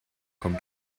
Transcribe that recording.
komm